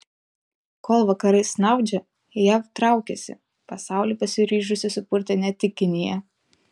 kol vakarai snaudžia jav traukiasi pasaulį pasiryžusi supurtyti ne tik kinija